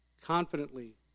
confidently